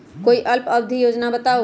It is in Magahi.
कोई अल्प अवधि योजना बताऊ?